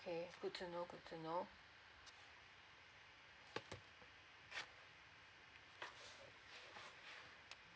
okay good to know good to know